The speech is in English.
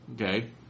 okay